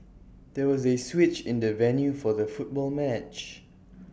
there was A switch in the venue for the football match